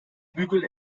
bügeln